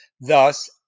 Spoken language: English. thus